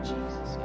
Jesus